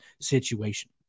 situation